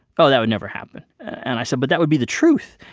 oh, that would never happen. and i said, but that would be the truth!